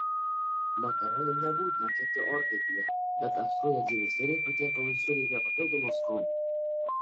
makaronų nebūtina kepti orkaitėje bet apskrudę džiūvėsėliai patiekalui suteikia papildomo skonio